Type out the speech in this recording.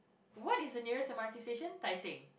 what is the nearest M_R_T station Tai-Seng